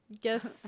guess